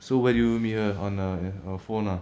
so where did you meet her on a on phone ah